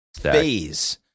Phase